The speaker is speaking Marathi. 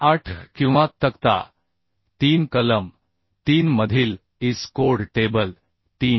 8 किंवा तक्ता 3 कलम 3 मधील IS कोड टेबल 3